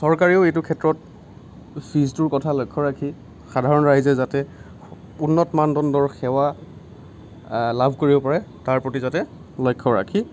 চৰকাৰেও এইটো ক্ষেত্ৰত ফিজটোৰ কথা লক্ষ্য় ৰাখি সাধাৰণ ৰাইজে যাতে উন্নত মানদণ্ডৰ সেৱা লাভ কৰিব পাৰে তাৰ প্ৰতি যাতে লক্ষ্য় ৰাখি